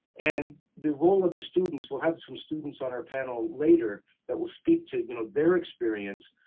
and the role of the students, we'll have some students on our panel later, that will speak to you know their experience,